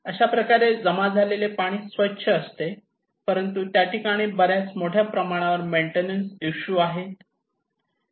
अशाप्रकारे जमा झालेले पाणी स्वच्छ असते परंतु त्या ठिकाणी बऱ्याच मोठ्या प्रमाणावर मेन्टेनन्स इशू आहेत